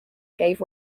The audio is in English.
gave